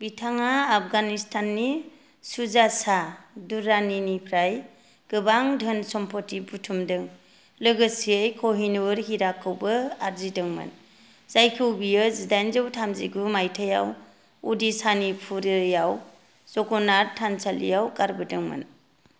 बिथाङा अफगानिस्तान नि शाह शुजा दुर्रानी निफ्राय गोबां दोनसम्फथि बुथुमदों लोगोसेयै कोहिनूर हिराखौबो आरजिदों मोन जायखौ बियो जिदाइनजौ थामजिगु मायथाइयाव ओडिशानि पुरि आव जगन्नाथ थानसालियाव गारबोदों मोन